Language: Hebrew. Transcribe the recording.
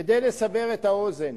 כדי לסבר את האוזן,